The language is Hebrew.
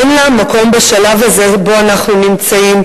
אין לה מקום בשלב הזה, שבו אנחנו נמצאים.